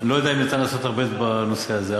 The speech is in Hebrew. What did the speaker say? ואני לא יודע אם ניתן לעשות הרבה בנושא הזה.